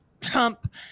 Trump